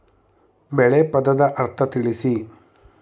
ಬೆಳೆ ಪದದ ಅರ್ಥ ತಿಳಿಸಿ?